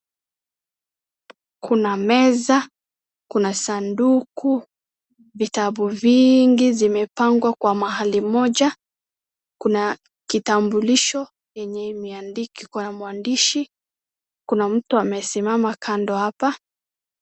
Kuna meza, kuna sanduku, vitabu vingi zimepangwa kwa mahali moja, kuna kitambulisho yenye imeandikwa mwandishi, kuna mtu amesimama kando hapa.